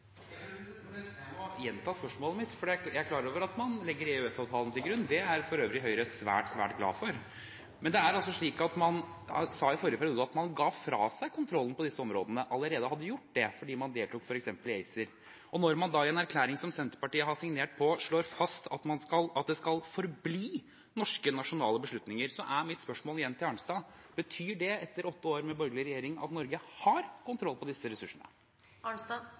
jeg må gjenta spørsmålet mitt. Jeg er klar over at man legger EØS-avtalen til grunn – det er for øvrig Høyre svært, svært glad for. Men det er altså slik at man i forrige periode sa at man ga fra seg kontrollen på disse områdene, og allerede hadde gjort det fordi man deltok f.eks. i ACER. Når man da i en erklæring som Senterpartiet har signert på, slår fast at det «forblir norske, nasjonale beslutninger», er mitt spørsmål igjen til Arnstad: Betyr det etter åtte år med borgerlig regjering at Norge har kontroll på disse